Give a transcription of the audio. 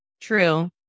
True